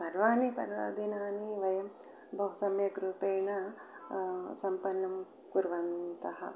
सर्वाणि पर्वदिनानि वयं बहु सम्यग्रूपेण सम्पन्नं कुर्वन्तः